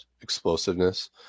explosiveness